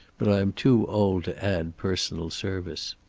but i am too old to add personal service.